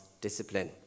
discipline